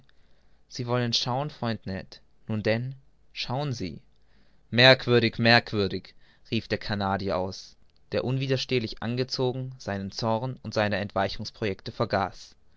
sie wollen schauen freund ned nun denn schauen sie merkwürdig merkwürdig rief der canadier aus der unwiderstehlich angezogen seinen zorn und seine entweichungsprojecte vergaß